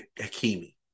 Hakimi